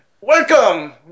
welcome